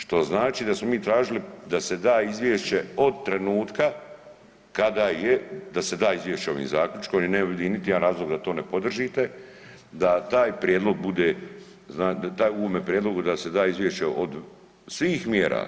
Što znači da smo mi tražili da se da izvješće od trenutka kada, da se da izvješće ovim zaključkom i ne vidim niti jedan razlog da to ne podržite, da taj prijedlog bude, u ovome prijedlogu da se da izvješće od svih mjera.